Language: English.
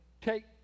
take